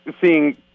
seeing